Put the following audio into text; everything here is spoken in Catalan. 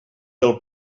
del